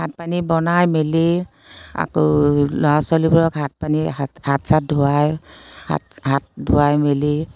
ভাত পানী বনাই মেলি আকৌ ল'ৰা ছোৱালীবোৰক ভাত পানী হাত হাত চাত ধুৱাই হাত হাত ধুৱাই মেলি